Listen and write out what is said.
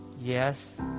Yes